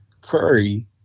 Curry